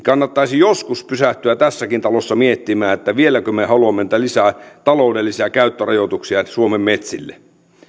kannattaisi joskus pysähtyä tässäkin talossa miettimään vieläkö me me haluamme lisää taloudellisia käyttörajoituksia suomen metsille